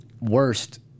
worst